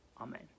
Amen